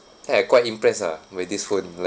think I quite impressed ah with this phone